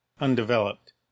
undeveloped